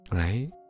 right